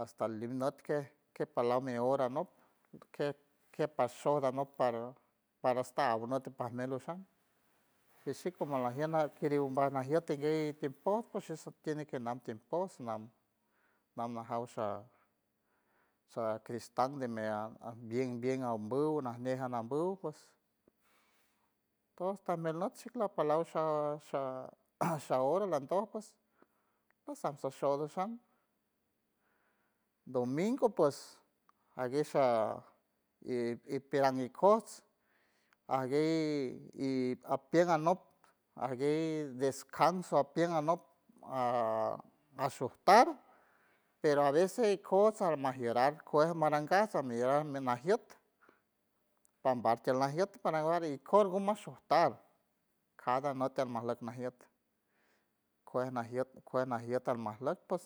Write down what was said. hasta liwnüt kej- kej palaw mi hora anop kej- kej pashoj danüt par para hasta awnot pajmuelt ushan y shik como alajien akiriw mbaj najiet tinguey timpoj ps shish tiene que nantempos nam nam najaw sha sha cristan de bien bien ambuw najñe jan anambuw ps tajmuelt not chik lapalaw sha- sha hora landoj ps shamsa shol domingo pues ajguey sha ipiran ikos ajguey y apien alnop ajguey descanso apien anop a shujtar pero a veces ikojts amajieras kuej marangas amiran najiet pambal tiel najiet parangar ikor gumash shustar cada nüt almajleck najiet kuej najiet kuej najiet almajleck pos.